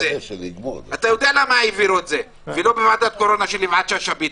ולא בוועדת קורונה של יפעת שאשא-ביטון.